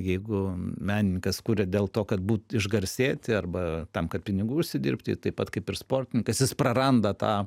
jeigu menininkas kuria dėl to kad būti išgarsėti arba tam kad pinigų užsidirbti taip pat kaip ir sportininkas jis praranda tą